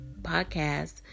podcast